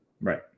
Right